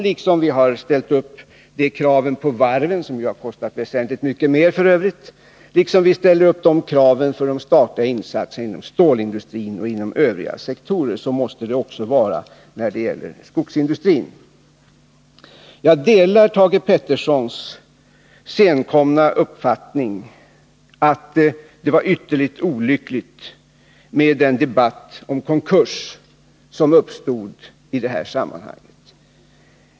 Liksom vi har ställt upp de kraven på varven, vilka ju f. ö. har kostat väsentligt mycket mer, och liksom vi ställer upp de kraven när det gäller de statliga insatserna inom stålindustrin och övriga sektorer, måste vi också hävda dem beträffande skogsindustrin. Jag delar Thage Petersons senkomna uppfattning att det var ytterligt olyckligt med den debatt om konkurs som uppstod i detta sammanhang.